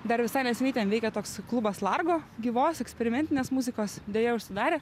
dar visai neseniai ten veikė toks klubas largo gyvos eksperimentinės muzikos deja užsidarė